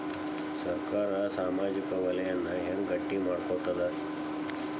ಸರ್ಕಾರಾ ಸಾಮಾಜಿಕ ವಲಯನ್ನ ಹೆಂಗ್ ಗಟ್ಟಿ ಮಾಡ್ಕೋತದ?